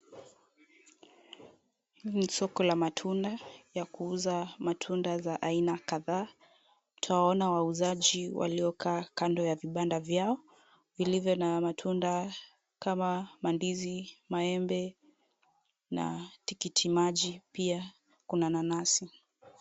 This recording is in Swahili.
Hili ni soko la matunda, ya kuuza matunda za aina kadhaa, tutaona wauzaji waliokaa kando ya vibanda vyao, vilivyo na matunda kama mandizi, maembe, na tikitimaji pia, kuna nanasi.